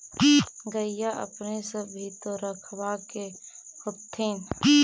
गईया अपने सब भी तो रखबा कर होत्थिन?